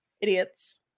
idiots